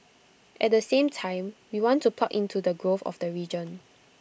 at the same time we want to plug into the growth of the region